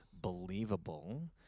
believable